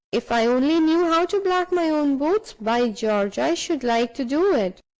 if i only knew how to black my own boots, by george, i should like to do it!